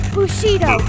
Bushido